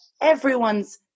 everyone's